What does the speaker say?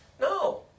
No